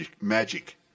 magic